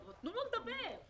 תנו לו לדבר.